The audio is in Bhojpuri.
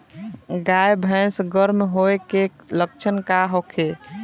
गाय भैंस गर्म होय के लक्षण का होखे?